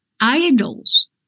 idols